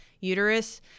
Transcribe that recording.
uterus